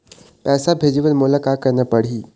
पैसा भेजे बर मोला का करना पड़ही?